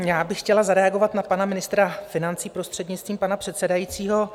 Já bych chtěla zareagovat na pana ministra financí, prostřednictvím pana předsedajícího.